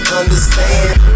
understand